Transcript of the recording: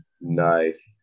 Nice